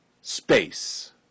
space